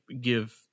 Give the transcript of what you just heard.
give